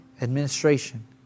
administration